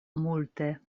multe